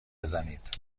بزنید